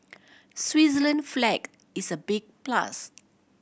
Switzerland flag is a big plus